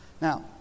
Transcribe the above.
Now